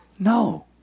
No